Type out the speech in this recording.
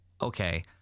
Okay